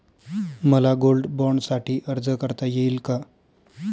मला गोल्ड बाँडसाठी अर्ज करता येईल का?